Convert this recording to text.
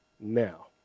Now